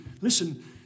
listen